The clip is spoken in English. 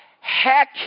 Heck